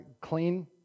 Clean